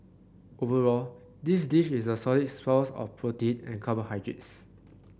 overall this dish is a solid source of protein and carbohydrates